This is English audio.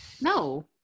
No